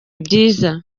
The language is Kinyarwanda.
byiza